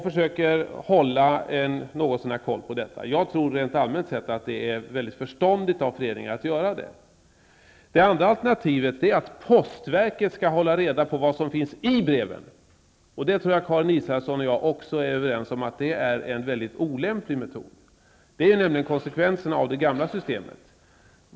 Rent allmänt tror jag att det är förståndigt att föreningar har kontroll på det. Det andra alternativet är att postverket skall hålla reda på vad som finns i breven. Jag tror att Karin Israelsson och jag är överens om att det är en olämplig metod. Det var nämligen konsekvensen av det gamla systemet.